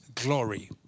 Glory